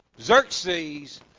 Xerxes